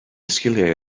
sgiliau